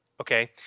okay